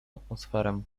atmosferę